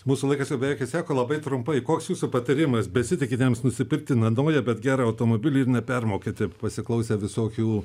mūsų laikas jau beveik išseko labai trumpai koks jūsų patarimas besitikitiems nusipirkti nenaują bet gerą automobilį ir nepermokėti pasiklausę visokių